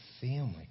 family